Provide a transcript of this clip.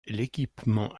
l’équipement